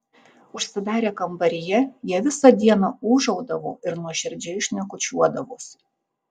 užsidarę kambaryje jie visą dieną ūžaudavo ir nuoširdžiai šnekučiuodavosi